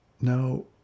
Now